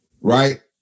right